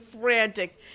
frantic